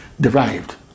derived